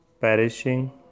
perishing